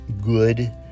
good